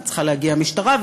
וצריכה להגיע משטרה,